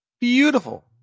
Beautiful